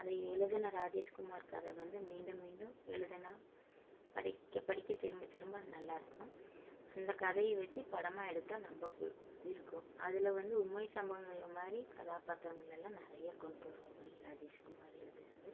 அதை எழுதின ராஜேஷ் குமார் கதை வந்து மீண்டும் மீண்டும் எழுதின படிக்க படிக்க திரும்ப திரும்ப நல்லாயிருக்கும் அந்த கதையை வச்சு படமாக எடுத்தால் ரொம்ப இருக்கும் அதில் வந்து உண்மை சம்பவங்கள் மாதிரி கதாபாத்திரங்களெல்லாம் நிறையா கொண்டுட்டுவருவாப்படி ராஜேஷ் குமார் எழுதுறது